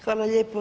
Hvala lijepa.